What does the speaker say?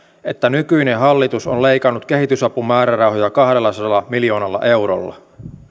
että nykyinen hallitus on leikannut kehitysapumäärärahoja kahdellasadalla miljoonalla eurolla